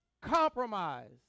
compromise